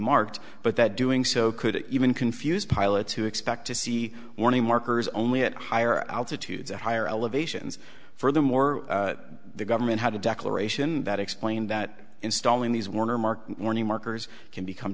marked but that doing so could even confuse pilots who expect to see warning markers only at higher altitudes at higher elevations furthermore the government had a declaration that explained that installing these warner mark warning markers can become